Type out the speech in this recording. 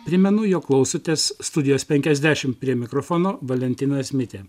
primenu jog klausotės studijos penkiasdešimt prie mikrofono valentinas mitė